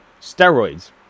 steroids